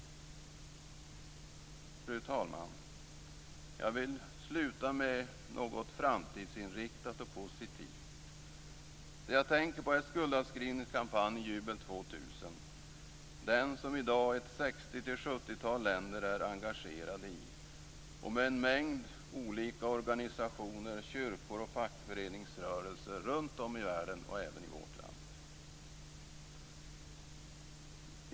Fru talman! Jag vill sluta med något framtidsinriktat och positivt. Det jag tänker på är skuldavskrivningskampanjen Jubel 2000 som i dag ett sextiotal till sjuttiotal länder är engagerade i liksom en mängd olika organisationer, kyrkor och fackföreningsrörelser runt om i världen och även i vårt land.